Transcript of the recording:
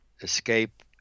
escape